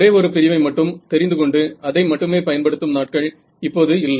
ஒரே ஒரு பிரிவை மட்டும் தெரிந்து கொண்டு அதை மட்டுமே பயன்படுத்தும் நாட்கள் இப்போது இல்லை